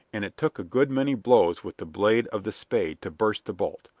and it took a good many blows with the blade of the spade to burst the bolt.